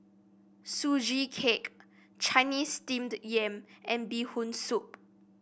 Sugee Cake Chinese Steamed Yam and Bee Hoon Soup